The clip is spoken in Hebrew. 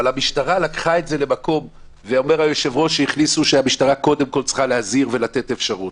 אומר היושב-ראש שהכניסו שהמשטרה קודם כול צריכה להזהיר ולתת אפשרות.